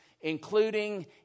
including